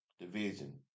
division